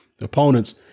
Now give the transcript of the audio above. opponents